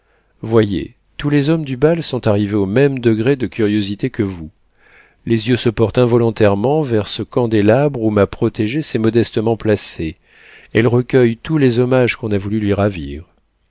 voyez tous les hommes du bal sont arrivés au même degré de curiosité que vous les yeux se portent involontairement vers ce candélabre où ma protégée s'est modestement placée elle recueille tous les hommages qu'on a voulu lui ravir